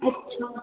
अच्छा